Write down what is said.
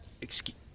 Excuse